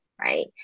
right